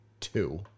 two